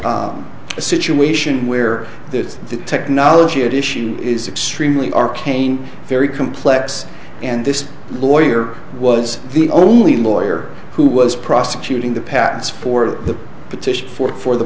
perhaps situation where the technology at issue is extremely arcane very complex and this lawyer was the only lawyer who was prosecuting the patents for the petition for for the